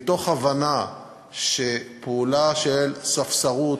מתוך הבנה שפעולה של ספסרות,